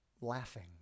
Laughing